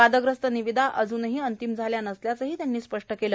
वादग्रस्त निविदा अजूनही अंतिम झाल्या नसल्याचेही त्यांनी स्पष्ट केलं